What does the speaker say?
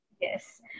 Yes